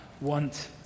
want